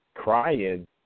Crying